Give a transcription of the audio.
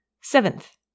Seventh